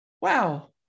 wow